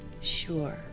Sure